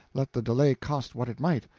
let the delay cost what it might.